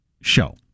show